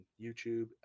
YouTube